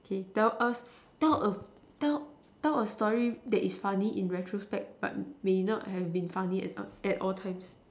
okay tell us tell a tell tell a story that is funny in retrospect but may not have been funny at all at all times